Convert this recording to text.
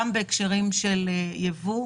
בהקשרים של ייבוא,